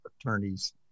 attorneys